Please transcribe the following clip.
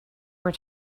were